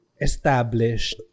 established